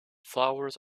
flowers